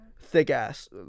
thick-ass